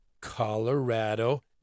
Colorado